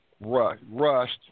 rust